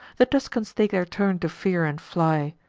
the tuscans take their turn to fear and fly.